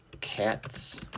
cats